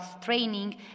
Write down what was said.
training